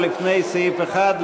להלן: קבוצת סיעת יש עתיד,